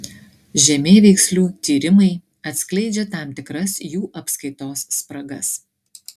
žemėveikslių tyrimai atskleidžia tam tikras jų apskaitos spragas